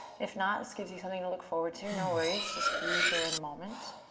if not, this gives you something to look forward to. no worries, just be here in the moment.